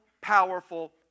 powerful